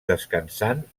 descansant